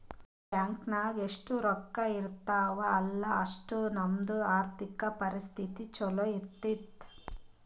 bank ನಾಗ್ ಎಷ್ಟ ರೊಕ್ಕಾ ಇರ್ತಾವ ಅಲ್ಲಾ ಅಷ್ಟು ನಮ್ದು ಆರ್ಥಿಕ್ ಪರಿಸ್ಥಿತಿ ಛಲೋ ಇರ್ತುದ್